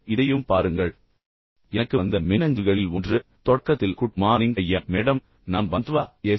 இதையும் பாருங்கள் எனக்கு வந்த மின்னஞ்சல்களில் ஒன்று தொடக்கத்தில் குட் மார்னிங் ஐயா மேடம் நான் பந்த்வா எஸ்